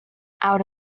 out